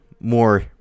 more